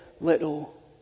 little